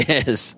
Yes